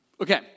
Okay